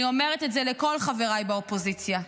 אני אומרת את זה לכל חבריי באופוזיציה.